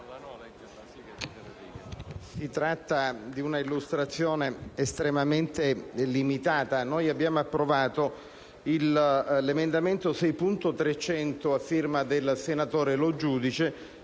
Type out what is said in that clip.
si tratta di una illustrazione estremamente limitata. Noi abbiamo approvato l'emendamento 6.300, a firma del senatore Lo Giudice,